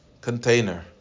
container